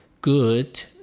good